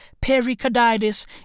pericarditis